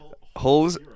Holes